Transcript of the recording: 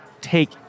take